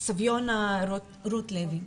סביונה רוט לוי